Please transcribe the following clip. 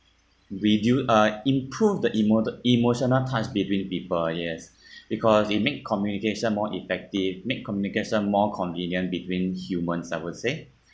we do uh improve the emote~ emotional ties between people yes because it make communication more effective make communication more convenient between humans I would say